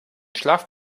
schlaf